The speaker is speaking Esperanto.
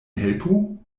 helpu